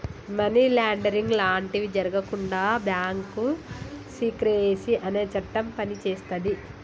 money laundering లాంటివి జరగకుండా bank secrecy అనే చట్టం పనిచేస్తది